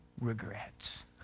regrets